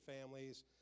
families